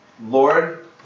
Lord